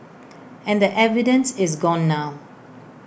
and the evidence is gone now